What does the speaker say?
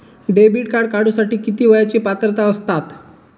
Debit card काढूसाठी किती वयाची पात्रता असतात?